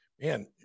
man